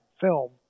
film